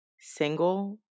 single